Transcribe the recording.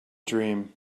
dream